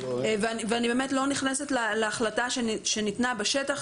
אני באמת לא נכנסת להחלטה שניתנה בשטח